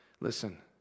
Listen